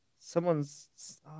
someone's